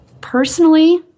personally